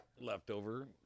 Leftover